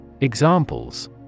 Examples